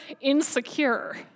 insecure